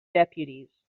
deputies